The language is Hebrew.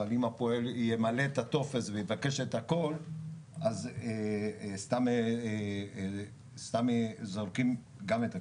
אבל אם הפועל ימלא את הטופס ויבקש את הכל אז סתם זורקים גם את הכסף.